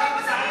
לאוטובוס?